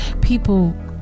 people